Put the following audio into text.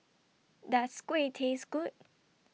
Does Kuih Taste Good